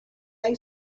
they